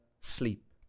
sleep